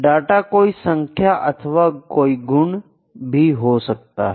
data कोई संख्या अथवा कोई गुण भी हो सकता है